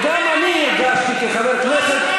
וגם אני הרגשתי כחבר כנסת,